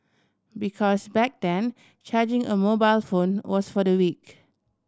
because back then charging a mobile phone was for the weak